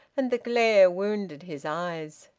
and the glare wounded his eyes.